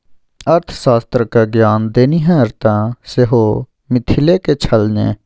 अर्थशास्त्र क ज्ञान देनिहार तँ सेहो मिथिलेक छल ने